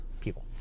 people